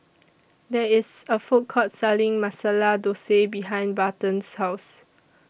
There IS A Food Court Selling Masala Dosa behind Barton's House